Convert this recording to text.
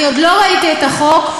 עוד לא ראיתי את החוק,